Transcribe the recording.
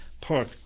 Park